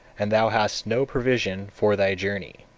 and thou hast no provision for thy journey.